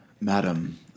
Madam